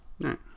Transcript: right